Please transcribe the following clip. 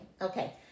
Okay